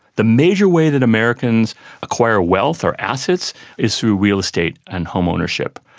the major way that americans acquire wealth or assets is through real estate and home ownership.